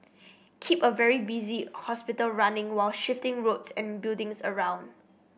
keep a very busy hospital running while shifting roads and buildings around